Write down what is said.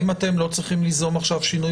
האם אתם לא צריכים ליזום עכשיו שינוי